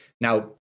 Now